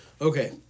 Okay